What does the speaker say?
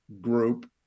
group